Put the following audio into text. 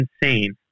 insane